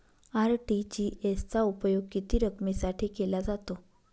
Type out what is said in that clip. RTGS चा उपयोग किती रकमेसाठी केला जातो?